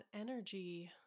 energy